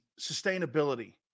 Sustainability